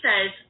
says